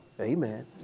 Amen